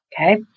Okay